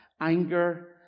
anger